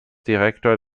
direktor